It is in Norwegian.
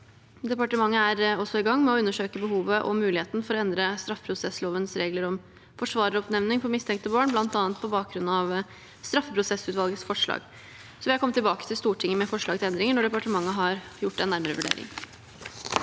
Departementet er også i gang med å undersøke behovet og muligheten for å endre straffeprosesslovens regler om forsvareroppnevning for mistenkte barn, bl.a. på bakgrunn av straffeprosessutvalgets forslag. Jeg vil komme tilbake til Stortinget med forslag til endringer når departementet har gjort den endelige vurderingen.